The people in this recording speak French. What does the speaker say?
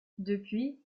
depuis